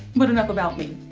but enough about me.